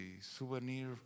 souvenir